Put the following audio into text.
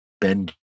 Ben